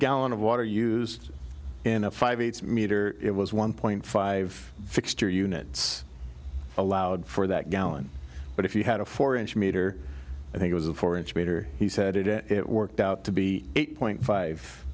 gallon of water used in a five eighth's meter it was one point five fixture units allowed for that gallon but if you had a four inch meter i think it was a four inch meter he said it worked out to be eight point five